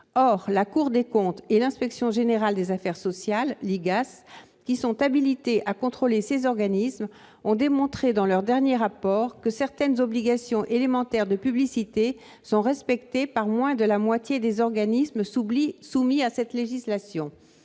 Or la Cour des comptes et l'Inspection générale des affaires sociales, l'IGAS, qui sont habilitées à contrôler ces organismes, ont démontré dans leurs derniers rapports que certaines obligations élémentaires de publicité sont respectées par moins de la moitié des organismes soumis à cette législation.